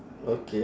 okay